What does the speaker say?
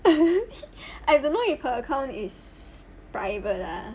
I don't know if her account is private ah